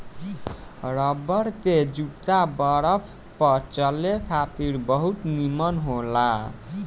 rubber के जूता बरफ पर चले खातिर बहुत निमन होला